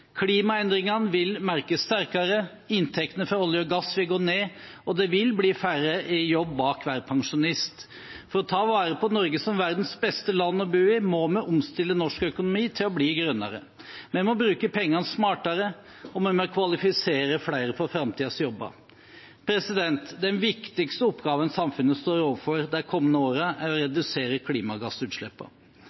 Klimaendringene vil merkes sterkere, inntektene fra olje og gass vil gå ned, og det vil bli færre i jobb bak hver pensjonist. For å ta vare på Norge som verdens beste land å bo i må vi omstille norsk økonomi til å bli grønnere, vi må bruke pengene smartere, og vi må kvalifisere flere for framtidens jobber. Den viktigste oppgaven samfunnet står overfor de kommende årene, er å redusere